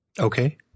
Okay